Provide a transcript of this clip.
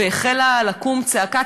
והחלה לקום צעקה,